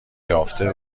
نیافته